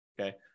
okay